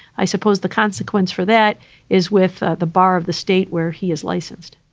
i suppose the consequence for that is with the bar of the state where he is licensed